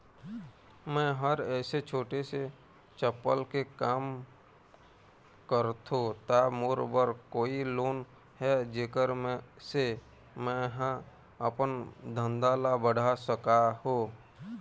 मैं हर ऐसे छोटे से चप्पल के काम करथों ता मोर बर कोई लोन हे जेकर से मैं हा अपन धंधा ला बढ़ा सकाओ?